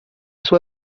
sua